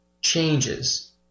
changes